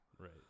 Right